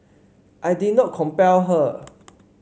I did not compel her